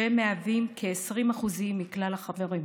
שמהווים כ-20% מכלל החברים.